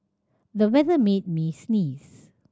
the weather made me sneeze